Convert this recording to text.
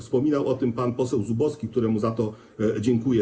Wspominał o tym pan poseł Zubowski, któremu za to dziękuję.